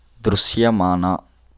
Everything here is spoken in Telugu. దృశ్యమాన